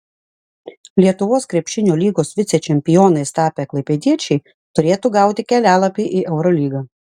lietuvos krepšinio lygos vicečempionais tapę klaipėdiečiai turėtų gauti kelialapį į eurolygą